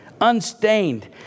unstained